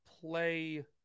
play